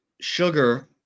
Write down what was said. sugar